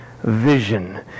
vision